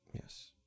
Yes